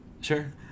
Sure